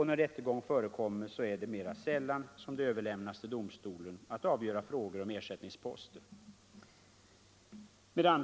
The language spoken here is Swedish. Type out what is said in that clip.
När rättegång förekommer är det också mera sällan som det överlämnas till domstolen att avgöra frågor om ersättningsposter.